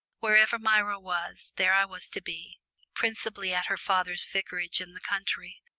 wherever myra was, there i was to be principally at her father's vicarage in the country,